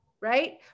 right